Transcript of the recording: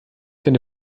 seine